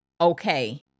okay